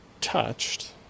touched